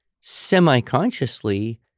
semi-consciously